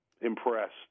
impressed